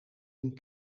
een